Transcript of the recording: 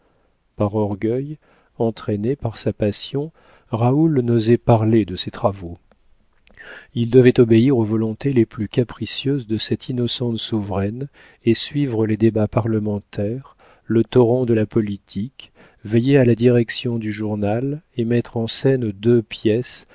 par orgueil entraîné par sa passion raoul n'osait parler de ses travaux il devait obéir aux volontés les plus capricieuses de cette innocente souveraine et suivre les débats parlementaires le torrent de la politique veiller à la direction du journal et mettre en scène deux pièces